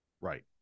right